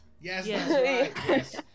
Yes